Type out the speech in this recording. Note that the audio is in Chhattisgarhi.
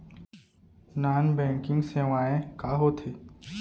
नॉन बैंकिंग सेवाएं का होथे?